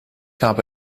habe